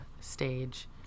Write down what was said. stage